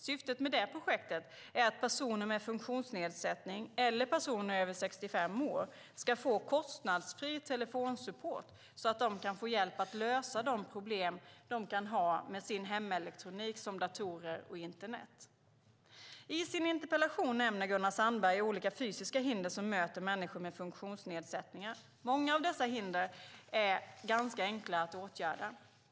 Syftet med det projektet är att personer med funktionsnedsättning, eller personer över 65 år, ska få kostnadsfri telefonsupport så att de kan få hjälp att lösa de problem som de kan ha med sin hemelektronik, som datorer och internet. I sin interpellation nämner Gunnar Sandberg olika fysiska hinder som möter människor med funktionsnedsättningar. Många av dessa hinder är ganska enkla att åtgärda.